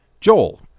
Joel